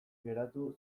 geratu